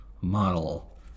model